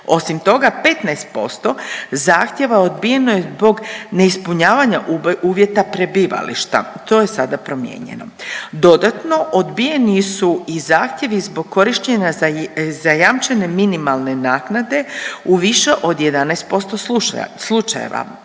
Osim toga, 15% zahtjeva odbijeno je zbog neispunjavanja uvjeta prebivališta, to je sada promijenjeno. Dodatno, odbijeni su i zahtjevi zbog korištenja zajamčene minimalne naknade u više od 11% slučajeva